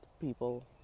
people